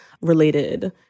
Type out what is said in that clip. related